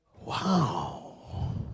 wow